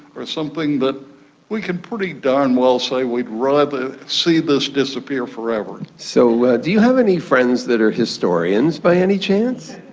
or something that we can pretty darn well say we'd rather see this disappear forever? so do you have any friends who are historians by any chance?